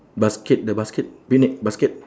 basket the basket picnic basket